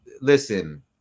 listen